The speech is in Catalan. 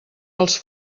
els